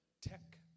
tech